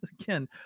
again